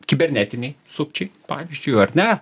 kibernetiniai sukčiai pavyzdžiui ar ne